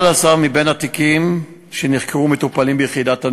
11 מבין התיקים שנחקרו מטופלים ביחידת הנוער.